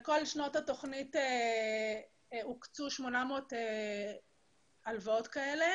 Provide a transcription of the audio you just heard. לכל שנות התוכנית הוקצו 800 הלוואות כאלה